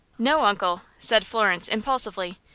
no, uncle, said florence, impulsively,